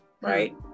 right